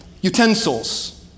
utensils